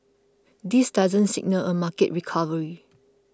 this doesn't signal a market recovery